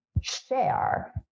share